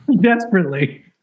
Desperately